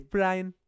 Brian